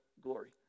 glory